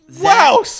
Wow